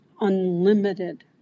unlimited